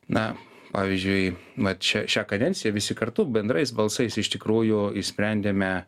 na pavyzdžiui vat šią šią kadenciją visi kartu bendrais balsais iš tikrųjų išsprendėme